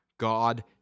God